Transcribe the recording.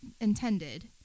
intended